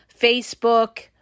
Facebook